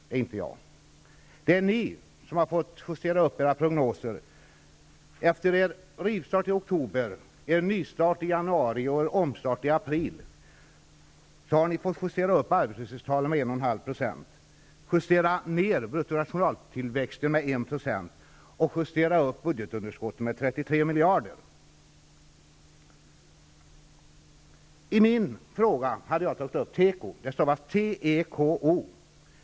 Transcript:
Det är inte jag. Det är ni som har fått justera era prognoser. Efter en rivstart i oktober, en nystart i januari och en omstart i april har ni fått justera upp arbetslöshetstalet med 1,5 %, justera ned bruttonationaltillväxten med 1 % och justera upp budgetunderskottet med 33 miljarder. I min fråga hade jag tagit upp teko -- det stavas t e k o .